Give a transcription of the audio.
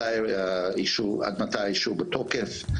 עד מתי האישור בתוקף.